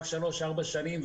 רק שלוש-ארבע שנים,